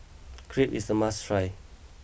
Crepe is a must try